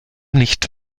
nicht